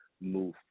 move